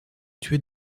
tuer